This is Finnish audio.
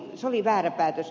se oli väärä päätös